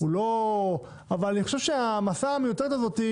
אבל אני חושב שהמעמסה המיותרת הזאת,